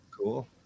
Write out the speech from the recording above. cool